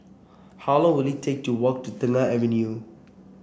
how long will it take to walk to Tengah Avenue